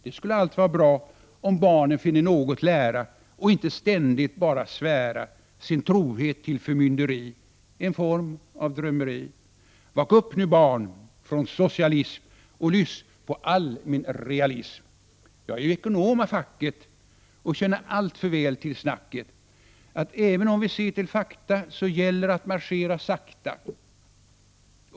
Det skulle allt va” bra om barnen finge något lära och inte ständigt bara svära — Vak upp nu barn, från socialism och lyss på all min realism! Jag är ju ekonom av facket och känner alltför väl till snacket: Att även om vi ser till fakta, så gäller att marschera sakta!